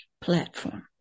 platform